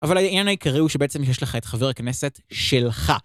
אבל העניין העיקרי הוא שבעצם יש לך את חבר הכנסת, שלך.